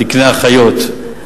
תקני אחיות,